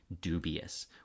dubious